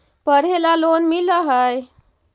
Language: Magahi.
पढ़े ला लोन मिल है?